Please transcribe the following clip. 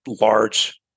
large